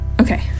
Okay